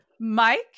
mike